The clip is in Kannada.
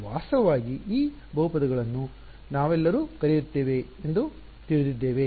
ವಾಸ್ತವವಾಗಿ ಈ ಬಹುಪದಗಳನ್ನು ನಾವೆಲ್ಲರೂ ಕರೆಯುತ್ತೇವೆ ಎಂದು ತಿಳಿದಿದ್ದೇವೆ